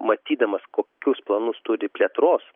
matydamas kokius planus turi plėtros